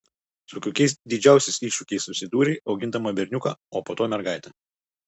su kokiais didžiausiais iššūkiais susidūrei augindama berniuką o po to mergaitę